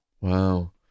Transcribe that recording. Wow